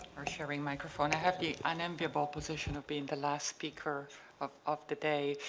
we're sharing microphone, i have the unenviable position of being the last speaker of of the day.